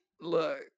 look